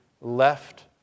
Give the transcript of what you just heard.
left